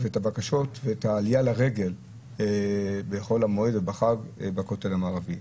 ואת הבקשות ואת העלייה לרגל בחול המועד ובחג לכותל המערבי.